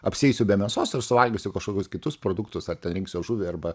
apsieisiu be mėsos ir suvalgysiu kažkokius kitus produktus ar ten rinksiuosi žuvį arba